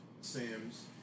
Sam's